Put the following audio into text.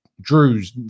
Drew's